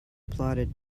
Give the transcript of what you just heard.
applauded